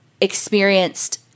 experienced